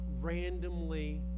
randomly